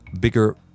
bigger